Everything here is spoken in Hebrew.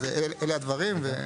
אז אלה הדברים.